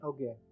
Okay